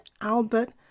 Albert